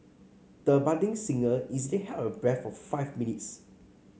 the budding singer easily held her breath for five minutes